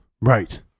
Right